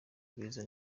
beza